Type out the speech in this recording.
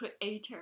creator